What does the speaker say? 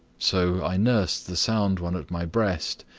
so i nursed the sound one at my breast,